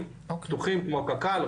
כמו קק"ל,